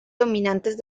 dominantes